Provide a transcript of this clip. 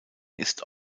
ist